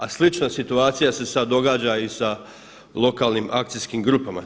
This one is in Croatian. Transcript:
A slična situacija se sad događa i sa lokalnim akcijskim grupama.